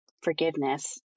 forgiveness